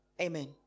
Amen